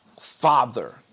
Father